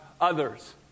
others